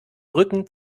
rücken